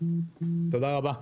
תודה רבה.